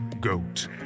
goat